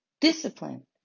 discipline